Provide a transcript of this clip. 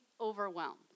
overwhelmed